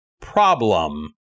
problem